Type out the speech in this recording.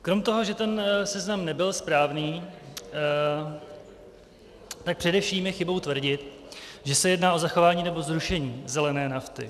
Krom toho, že ten seznam nebyl správný, tak především je chybou tvrdit, že se jedná o zachování nebo zrušení zelené nafty.